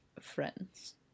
friends